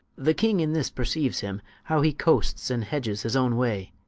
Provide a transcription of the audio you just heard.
the king in this perceiues him, how he coasts and hedges his owne way.